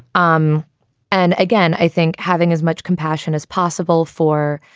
um and again, i think having as much compassion as possible for